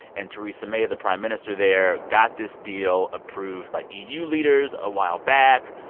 and theresa may, the prime minister there, got this deal approved by eu leaders a while back.